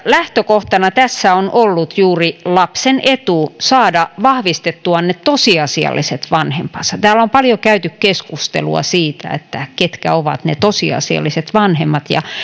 lähtökohtana tässä on ollut juuri lapsen etu saada vahvistettua ne tosiasialliset vanhempansa täällä on paljon käyty keskustelua siitä ketkä ovat ne tosiasialliset vanhemmat ja